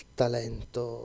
talento